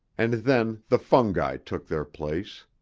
and then the fungi took their place.